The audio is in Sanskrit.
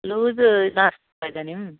लूस् नास्ति वा इदानीम्